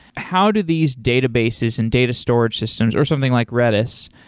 how do these databases and data storage systems or something like redis,